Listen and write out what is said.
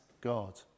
God